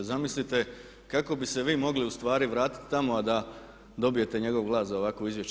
Zamislite kako bi se vi mogli ustvari vratiti tamo a da dobijete njegov glas za ovakvo izvješće.